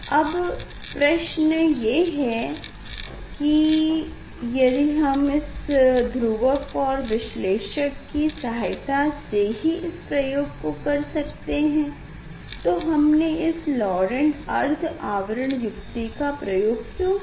अब प्रश्न ये है की यदि हम इस ध्रुवक और विश्लेषक की सहायता से ही इस प्रयोग को कर सकते हैं तो हमने इस लौरेण्ट अर्ध आवरण युक्ति का प्रयोग क्यो किया